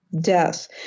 death